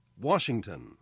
Washington